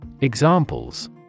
Examples